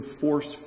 force